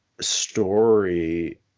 story